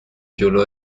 جلو